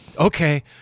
Okay